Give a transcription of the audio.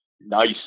nice